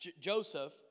Joseph